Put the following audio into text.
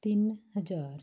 ਤਿੰਨ ਹਜ਼ਾਰ